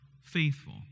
faithful